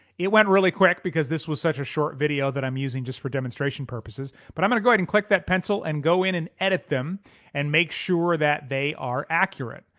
it went really quick because this was such a short video that i'm using just for demonstration purposes, but i'm gonna go ahead and click that pencil and go in and edit them and make sure that they are accurate.